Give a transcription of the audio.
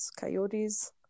coyotes